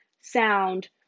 sound